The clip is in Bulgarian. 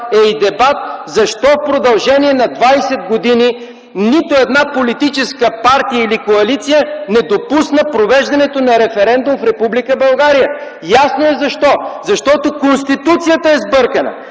за това защо в продължение на 20 години нито една политическа партия или коалиция не допусна провеждането на референдум в Република България. Ясно е защо – защото Конституцията е сбъркана!